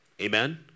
Amen